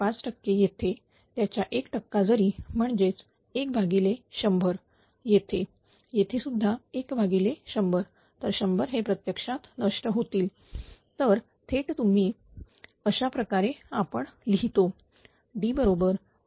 5 टक्के येथे त्याच्या 1 टक्का जरी म्हणजेच 1 भागिले 100 येथे येथेसुद्धा 1 भागिले 100 तर 100 हे प्रत्यक्षात नष्ट होतील तर थेट तुम्ही अशाप्रकारे आपण लिहितो